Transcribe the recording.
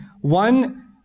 One